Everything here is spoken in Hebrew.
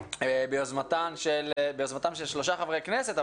ביוזמתם של שלושה חברי כנסת,